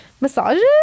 Massages